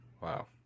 Wow